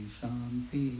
Shanti